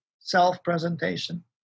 self-presentation